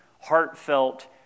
heartfelt